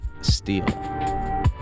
Steel